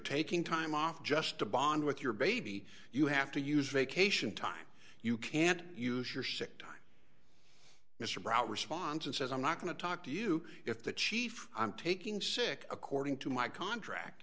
taking time off just to bond with your baby you have to use vacation time you can't use your sick time mr brough responds and says i'm not going to talk to you if the chief i'm taking sick according to my contract